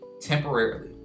temporarily